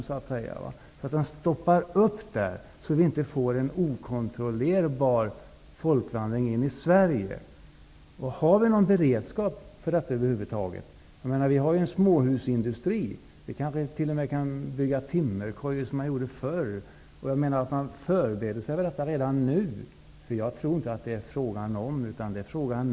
Vi måste hindra att det blir en okontrollerbar folkvandring in i Sverige. Finns det någon beredskap över huvud taget? Det finns en småhusindustri i Sverige. Vi kan t.o.m. bygga timmerkojor -- som förr i tiden. Förberedelsearbetet måste börja redan nu. Jag tror inte att frågan är om, utan det är när.